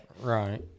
Right